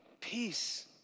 Peace